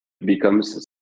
becomes